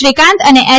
શ્રીકાંત અને એચ